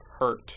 hurt